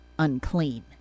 Unclean